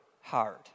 hard